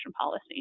policy